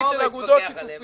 אני לא מתווכח עליהן.